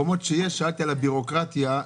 אני שאלתי לגבי הבירוקרטיה.